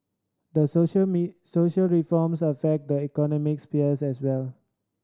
the social me social reforms affect the economic sphere as well